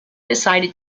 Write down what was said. decided